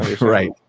Right